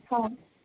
হয়